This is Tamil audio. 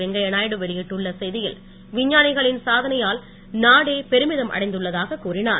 வெங்கையநாயுடு வெளியிட்டுள்ள செய்தியில் விஞ்ஞானிகளின் சாதனையால் நாடே பெருமிதம் அடைந்துள்ளதாக கூறினார்